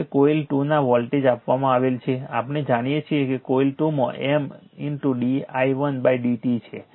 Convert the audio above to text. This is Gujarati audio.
હવે કોઇલ 2 ના વોલ્ટેજ આપવામાં આવેલ છે આપણે જાણીએ છીએ કે કોઇલ 2 માં M d i1 d t છે